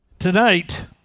Tonight